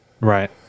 Right